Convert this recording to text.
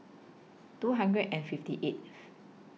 two hundred and fifty eighth